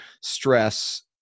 stress